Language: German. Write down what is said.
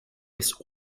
ist